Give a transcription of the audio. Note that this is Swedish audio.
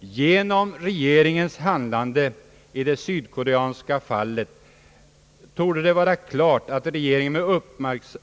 Genom regeringens handlande i det sydkoreanska fallet torde det vara klart att regeringen med